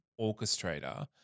orchestrator